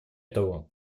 того